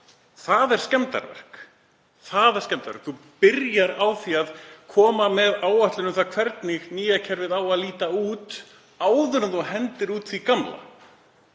er byggt upp. Það er skemmdarverk. Þú byrjar á því að koma með áætlun um það hvernig nýja kerfið eigi að líta út áður en þú hendir því gamla